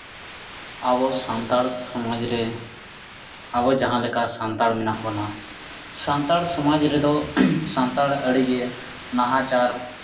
ᱟᱵᱚ ᱥᱟᱱᱛᱟᱲ ᱥᱚᱢᱟᱡᱽ ᱨᱮ ᱟᱵᱚ ᱡᱟᱦᱟᱸ ᱞᱮᱠᱟ ᱥᱟᱱᱛᱟᱲ ᱢᱮᱱᱟᱜ ᱵᱚᱱᱟ ᱥᱟᱱᱛᱟᱲ ᱥᱚᱢᱟᱡᱽ ᱨᱮᱫᱚ ᱥᱟᱱᱛᱟᱲ ᱟᱹᱰᱤ ᱜᱮ ᱱᱟᱦᱟᱪᱟᱨ